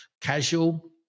casual